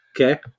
Okay